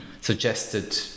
suggested